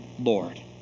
Lord